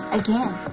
again